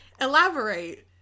Elaborate